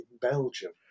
Belgium